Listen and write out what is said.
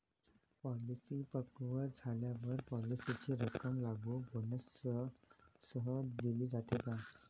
Policy पक्व झाल्यावर पॉलिसीची रक्कम लागू बोनससह दिली जाते का?